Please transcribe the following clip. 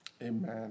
Amen